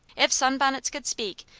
if sunbonnets could speak,